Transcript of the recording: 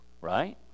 right